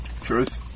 Truth